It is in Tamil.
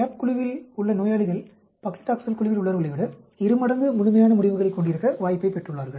CAP குழுவில் உள்ள நோயாளிகள் பக்லிடாக்செல் குழுவில் உள்ளவர்களை விட இரு மடங்கு முழுமையான முடிவுகளைக் கொண்டிருக்க வாய்ப்பைப் பெற்றுள்ளார்கள்